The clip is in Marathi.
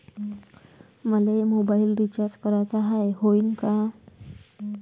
मले मोबाईल रिचार्ज कराचा हाय, होईनं का?